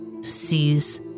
sees